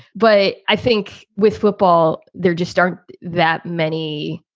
but i think with football there just aren't that many.